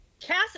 Cass